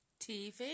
TV